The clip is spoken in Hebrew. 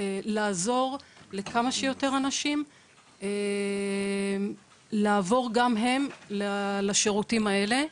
לעזור לכמה שיותר אנשים לעבור גם הם לשירותים האלה.